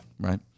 Right